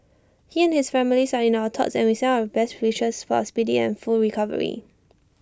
he and his family are in our thoughts and we send our best wishes for A speedy and full recovery